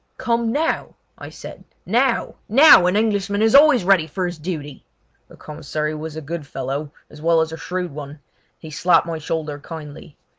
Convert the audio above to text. come now i said now! now! an englishman is always ready for his duty the commissary was a good fellow, as well as a shrewd one he slapped my shoulder kindly.